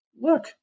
look